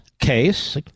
case